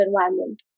environment